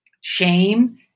shame